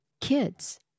kids